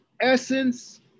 essence